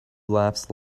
laughs